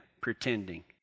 pretending